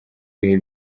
ibihe